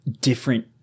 different